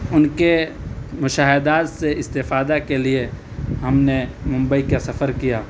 ان کے مشاہدات سے استفادہ کے لیے ہم نے ممبئی کا سفر کیا